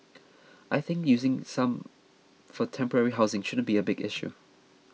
I think using some for temporary housing shouldn't be a big issue